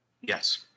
Yes